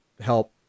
help